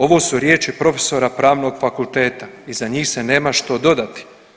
Ovo su riječi profesora Pravnog fakulteta i za njih se nema što dodati.